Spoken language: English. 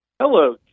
Hello